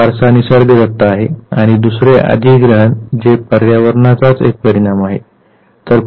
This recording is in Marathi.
एक वारसा निसर्गदत्त आहे आणि दुसरे अधिग्रहण जे पर्यावरणाचाच एक परिणाम आहे